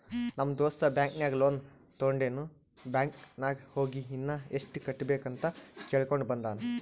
ನಮ್ ದೋಸ್ತ ಬ್ಯಾಂಕ್ ನಾಗ್ ಲೋನ್ ತೊಂಡಿನು ಬ್ಯಾಂಕ್ ನಾಗ್ ಹೋಗಿ ಇನ್ನಾ ಎಸ್ಟ್ ಕಟ್ಟಬೇಕ್ ಅಂತ್ ಕೇಳ್ಕೊಂಡ ಬಂದಾನ್